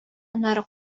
аннары